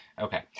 Okay